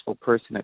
person